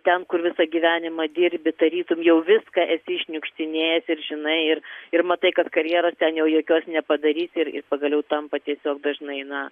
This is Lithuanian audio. ten kur visą gyvenimą dirbi tarytum jau viską esi iššniukštinėjęs ir žinai ir ir matai kad karjeros ten jau jokios nepadarysi ir pagaliau tampa tiesiog dažnai na